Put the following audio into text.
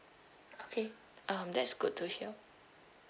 okay um that's good to hear